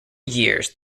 years